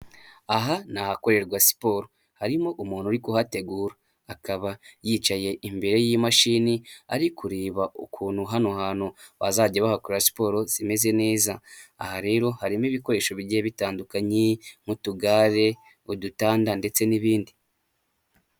Aha ni ahakorerwa siporo, harimo umuntu uri kuhategura akaba yicaye imbere y'imashini ari kureba ukuntu hano hantu bazajya bahakora siporo zimeze neza, aha rero harimo ibikoresho bigiye bitandukanye, nk'utugare, udutanda ndetse n'ibindi.